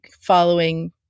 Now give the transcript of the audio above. following